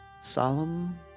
Solemn